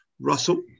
Russell